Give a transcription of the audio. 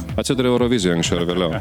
atsiduria eurovizija anksčiau ar vėliau